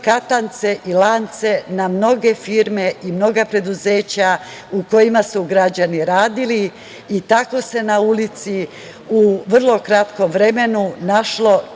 katance i lance na mnoge firme i mnogo preduzeća, u kojima su građani radili i tako se na ulici, u vrlo kratkom vremenu našlo